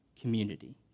community